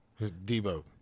Debo